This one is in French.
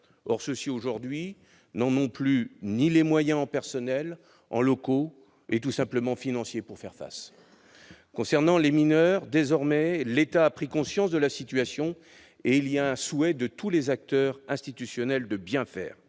Or, aujourd'hui, ceux-ci n'ont plus les moyens en personnel, en locaux et tout simplement financiers pour faire face. Concernant ces mineurs, l'État a désormais pris conscience de la situation, et il y a un souhait de la part de tous les acteurs institutionnels de bien faire.